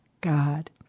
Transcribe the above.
God